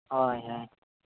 ᱦᱳᱭ ᱦᱳᱭ